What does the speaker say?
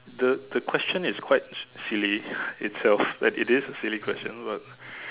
the the question is quite silly itself that it is a silly question but